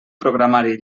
programari